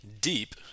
deep